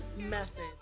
message